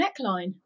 neckline